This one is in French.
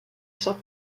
sans